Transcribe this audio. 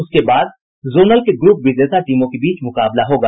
उसके बाद जोनल के ग्रुप विजेता टीमों के बीच मुकाबला होगा